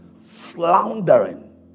Floundering